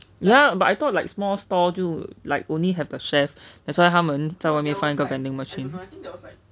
ya but I thought like small store 就 like only have the chef that's why 他们在外面放一个 vending machine